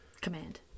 Command